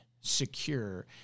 secure